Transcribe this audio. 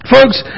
Folks